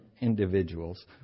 individuals